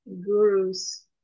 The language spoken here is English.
gurus